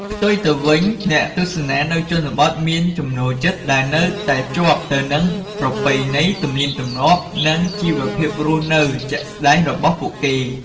ផ្ទុយទៅវិញ អ្នកទស្សនានៅជនបទមានចំណូលចិត្តដែលនៅតែភ្ជាប់ទៅនឹងប្រពៃណី ទំនៀមទម្លាប់ និងជីវភាពរស់នៅជាក់ស្តែងរបស់ពួកគេ។